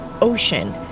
ocean